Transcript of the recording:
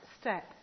step